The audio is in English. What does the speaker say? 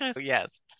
Yes